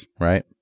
right